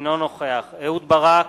אינו נוכח אהוד ברק,